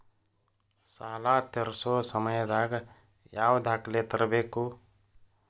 ಸಾಲಾ ತೇರ್ಸೋ ಸಮಯದಾಗ ಯಾವ ದಾಖಲೆ ತರ್ಬೇಕು?